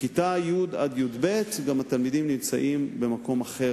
בכיתות י' י"ב התלמידים נמצאים במקום אחר